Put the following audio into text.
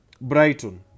Brighton